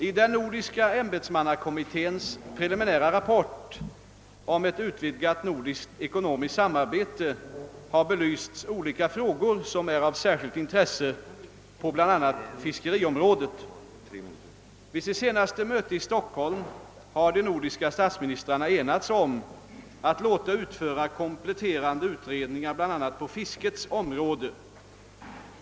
I den nordiska ämbetsmannakommitténs preliminära rapport om ett utvidgat nordiskt ekonomiskt samarbete har belysts olika frågor som är av särskilt intresse på bl.a. fiskeriområdet. Vid sitt senaste möte i Stockholm har de nordiska statsministrarna enats om att låta utföra kompletterande utredningar bl.a. på fiskets område.